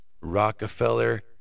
Rockefeller